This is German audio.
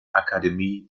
akademie